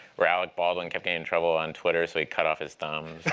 where alec baldwin kept getting in trouble on twitter, so he cut off his thumbs.